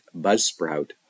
buzzsprout